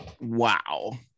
wow